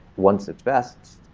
once it vests,